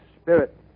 Spirit